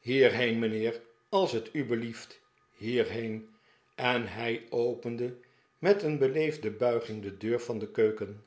hierheen mijnheer als t u belieft hierheen en hij opende met een beleefde bulging de deur van de keuken